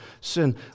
sin